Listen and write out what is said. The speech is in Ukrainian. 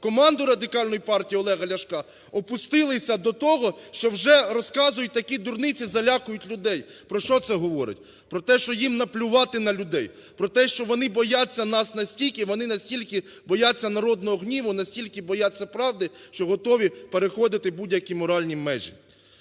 команду Радикальної партії Олега Ляшка опустилися до того, що вже розказують такі дурниці, залякують людей. Про що це говорить? Про те, що їм наплювати на людей, про те, що вони бояться нас настільки, вони настільки бояться народного гніву, настільки бояться правди, що готові переходити будь-які моральні межі.